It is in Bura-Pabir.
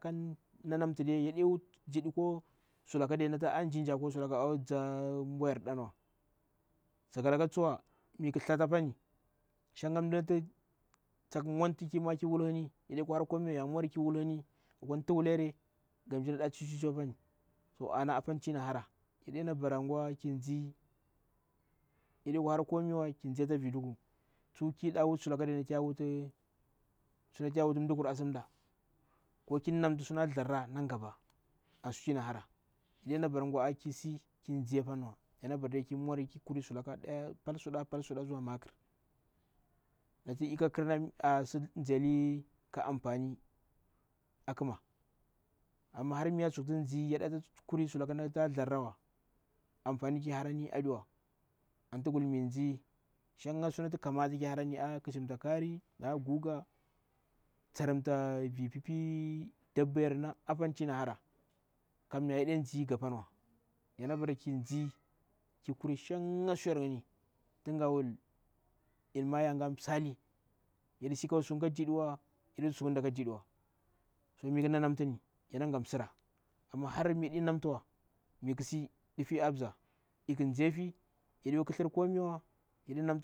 Kan nanamtude yade wuti sulaka na ajinja koy mbwa yarɗanwa. Sakalaka tsuwa shanga mda ta takh mwantu ti ya mwa ki wul hini yamwari ko tuwulyere, ga mmsji naɗa chichivapani. To ana apani ti yana hara yadena bara gwa kin ndzi yaɗekwa hara komiwa kin ndze tavidugu tsu kida wuti vilaka yakwa hara sutu yawuti mdakur asi mda. Ko ki namta sunati a thzdjarra nangaba. An sutiyana hara, yadena bara gwa ki ndze panwa yana bara de ki wuti sulaka daya, pal suda pal sudu zuwa makr. Nati ei kha hirna atsokti ndze ka anta ni akhma, amma har miya tsokti ndzei yaɗa tsokti kuri sulaka nati ada thzdgarrawa anfani ki harani adawa. Antu mighu wulti in ndze shanga kin ti harari kcikare, aah guga tsarinta vi piipiii dambayerna apani tu yana hara. Kamya yade ndze gabanwa yana bara ki ndzi ki kuri shanga suyene ngini tunga wul lema yaga msali. Yaɗisi ka wuti sungni kadiɗiwa sa mikh nnaanamtini yanagha msira. Amma mi har yaɗi namti